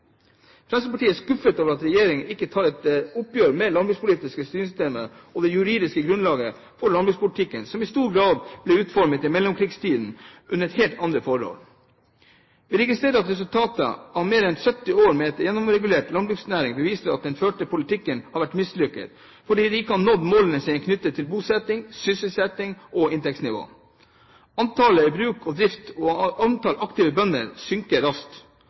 Fremskrittspartiet er skuffet over at regjeringen ikke tar et oppgjør med det landbrukspolitiske styringssystemet og det juridiske grunnlaget for landbrukspolitikken, som i stor grad ble utformet i mellomkrigstiden under helt andre forhold. Vi registrerer at resultatet av mer enn 70 år med en gjennomregulert landbruksnæring beviser at den førte politikken har vært mislykket, for den har ikke nådd målene knyttet til bosetting, sysselsetting og inntektsnivå. Antallet bruk i drift og antallet aktive bønder synker raskt,